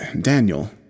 Daniel